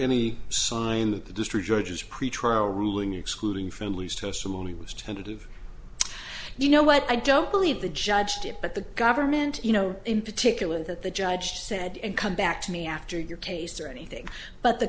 any sign that the district judges pretrial ruling excluding families testimony was tentative you know what i don't believe the judge did but the government you know in particular that the judge said and come back to me after your case or anything but the